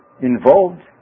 involved